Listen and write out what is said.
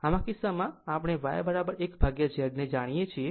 આમ આ કિસ્સામાં આપણે Y1Z ને જાણીએ છીએ